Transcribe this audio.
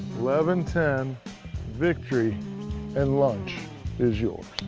eleven ten victory and lunch is yours.